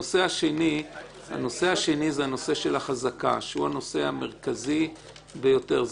הנושא השני זה הנושא של החזקה שהוא הנושא המרכזי ביותר.